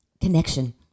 connection